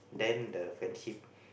then the friendship